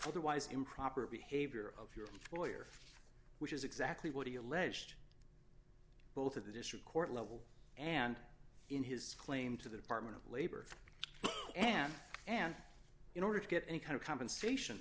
otherwise improper behavior of your lawyer which is exactly what he alleged both of the district court level and in his claim to the department of labor and and in order to get any kind of compensation